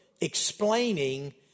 explaining